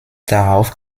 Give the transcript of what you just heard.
darauf